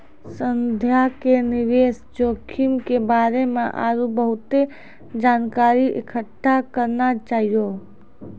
संध्या के निवेश जोखिम के बारे मे आरु बहुते जानकारी इकट्ठा करना चाहियो